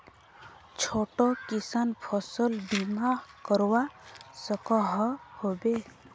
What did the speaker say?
छोटो किसान फसल बीमा करवा सकोहो होबे?